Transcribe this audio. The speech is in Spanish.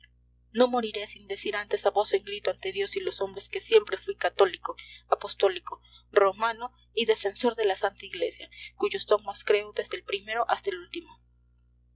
no moriré sin decir antes a voz en grito ante dios y los hombres que siempre fuí católico apostólico romano y defensor de la santa iglesia cuyos dogmas creo desde el primero hasta el último